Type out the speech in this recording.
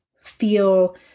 feel